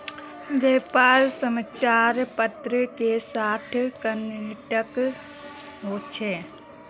व्यापार समाचार पत्र के साथ कनेक्ट होचे?